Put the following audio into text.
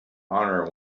honor